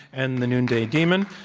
and the noonday demon.